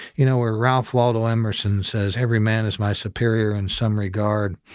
you know, where ralph waldo emerson says, every man is my superior in some regard.